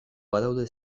badaude